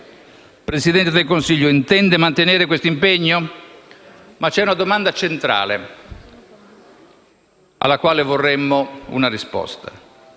Presidente del Consiglio, intende mantenere questo impegno? C'è, però, una domanda centrale alla quale vorremmo una risposta: